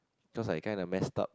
because I kind of mess up